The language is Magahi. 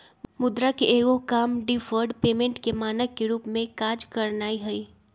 मुद्रा के एगो काम डिफर्ड पेमेंट के मानक के रूप में काज करनाइ हइ